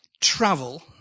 travel